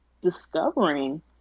discovering